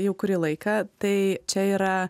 jau kurį laiką tai čia yra